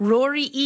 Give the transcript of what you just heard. Rory